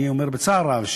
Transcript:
אני אומר בצער רב,